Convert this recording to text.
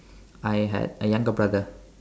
I had a younger brother